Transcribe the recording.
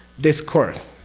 this course.